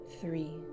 three